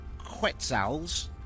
Quetzals